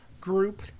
group